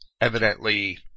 evidently